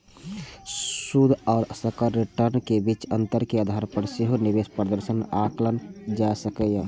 शुद्ध आ सकल रिटर्न के बीच अंतर के आधार पर सेहो निवेश प्रदर्शन आंकल जा सकैए